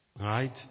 Right